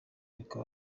ariko